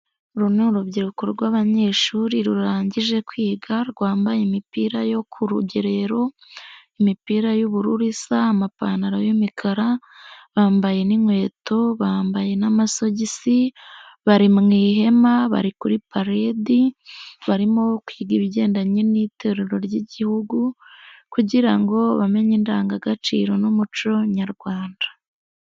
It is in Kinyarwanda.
Uru ni urubyiruko rw'abanyeshuri rurangije kwiga rwambaye imipira yo ku rugerero, imipira y'ubururu isa, amapantaro y'umukara, bambaye n'inkweto, bambaye n'amasogisi, bari mu ihema, bari kuri pariyedi, barimo kwiga ibigendanye n'itorero ry'Igihugu kugira ngo bamenye indangagaciro n'umuco nyarwanda.